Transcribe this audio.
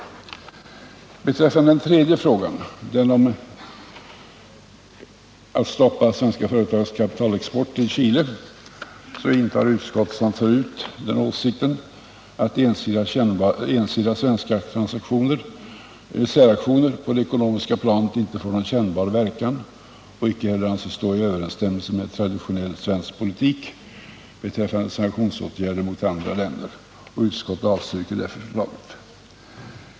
Beträffande den tredje frågan, att stoppa svenska företags kapitalexport till Chile, intar utskottet liksom tidigare ståndpunkten att ensidiga svenska säraktioner på det ekonomiska området inte får någon kännbar verkan och inte heller anses stå i överensstämmelse med traditionell svensk politik när det gäller relationer med andra länder. Utskottet avstyrkte därför förslaget.